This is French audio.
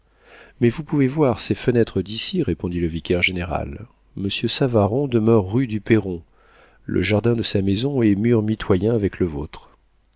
mais vous pouvez voir ses fenêtres d'ici répondit le vicaire-général monsieur savaron demeure rue du perron le jardin de sa maison est mur mitoyen avec le vôtre